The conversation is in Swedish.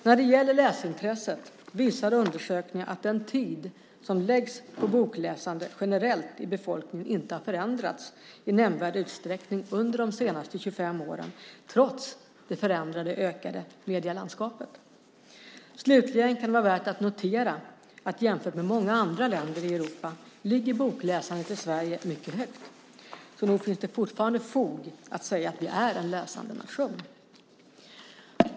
När det gäller läsintresset visar undersökningar att den tid som läggs på bokläsande generellt i befolkningen inte förändrats i nämnvärd utsträckning under de senaste 25 åren, trots det förändrade medielandskapet. Slutligen kan det vara värt att notera att jämfört med många andra länder i Europa ligger bokläsandet i Sverige mycket högt. Nog finns det fortfarande fog för att säga att vi är en läsande nation.